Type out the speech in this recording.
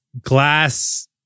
glass